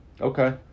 Okay